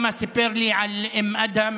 שמעתי גם נשיא קודם,